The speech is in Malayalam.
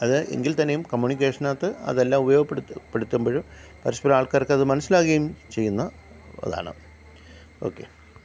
അത് എങ്കിൽ തന്നെയും കമ്മ്യൂണിക്കേഷനകത്ത് അതെല്ലാം ഉപയോഗപ്പെടുത്തുമ്പോൾ പരസ്പരം ആൾക്കാർക്കത് മനസ്സിലാവുകയും ചെയ്യുന്ന അതാണ് ഓക്കേ